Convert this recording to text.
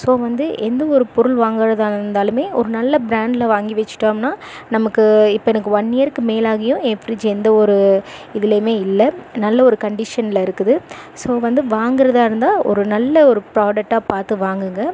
so வந்து எந்த ஒரு பொருள் வாங்கிறதா இருந்தாலுமே ஒரு நல்ல பிராண்டில் வாங்கி வைச்சுட்டோம்னா நமக்கு இப்போ எனக்கு ஒன் இயர்க்கு மேல் ஆகியும் என் ஃப்ரிட்ஜ் எந்த ஒரு இதிலையுமே இல்லை நல்ல ஒரு கண்டிஷனில் இருக்குது ஸோ வந்து வாங்கிறதா இருந்தால் ஒரு நல்ல ஒரு ஃப்ராடக்ட்டாக பார்த்து வாங்குங்க